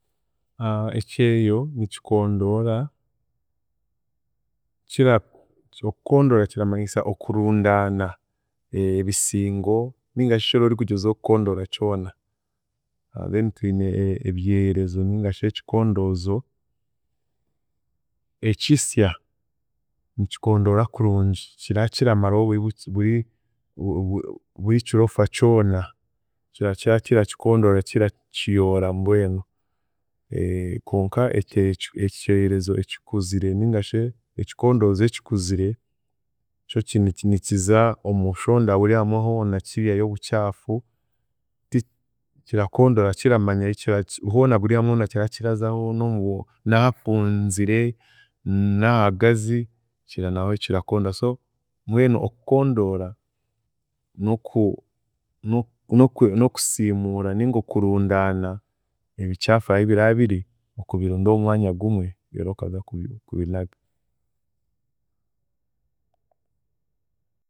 Ekyeyo nikikondoora, kira okukondoora kiramanyisa okurundaana ebisingo ningashi eki wooragyezaho kukondoora kyona, then twine ebyeyerezo ningashi ekikondoozo ekisya nikikondoora kurungi kira kiramaraho buri buri bu- bu- burikirofa kyona kira kirakikondoora kirakiyoora mbwenu konka ekye ekye ekikyeyerezo ekikuzire ningashi ekikondoozo ekikuzire kyo ni- ni- nikiza omu shonda buri hamwe hona kiiheyo obukyafu ti- kirakondoora kiramanga ahi kiraki hoona buri hamwe hoona kira kirazaho n'omu- n'ahafunzire n'ahagazi naho kirakondoora so mbwenu okukondoora n'oku n'oku- n'oku- n'okusiimuura ninga okurundaana ebikyafu ahi bira bira biri okabirunda omu mwanya gumwe reero okaza kubi kubinaga.